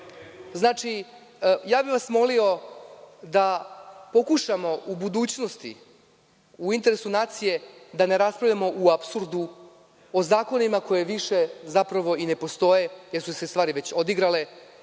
kraju. Molio bih vas da pokušamo u budućnosti, u interesu nacije da ne raspravljamo u apsurdu o zakonima koji više zapravo i ne postoje, jer su se stvari već odigrale